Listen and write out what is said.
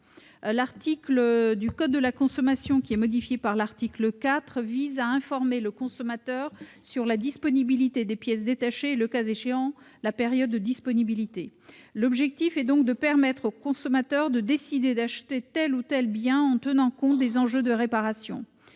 L'article du code de la consommation modifié par l'article 4 vise à informer le consommateur quant à la disponibilité des pièces détachées et, le cas échéant, la période de disponibilité. Il s'agit de permettre au consommateur de décider d'acheter tel ou tel bien en tenant compte des enjeux de réparation,